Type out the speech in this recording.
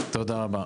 תודה רבה.